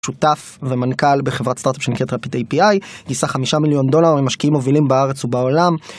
שותף ומנכ״ל בחברת סטארטאפ שנקראת Rapid API, גייסה חמישה מיליון דולר ממשקיעים מובילים בארץ ובעולם.